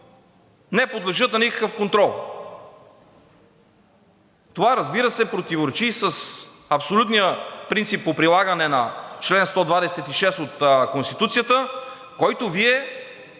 не подлежат на никакъв контрол. Това, разбира се, противоречи с абсолютния принцип по прилагане на чл. 126 от Конституцията, който Вие,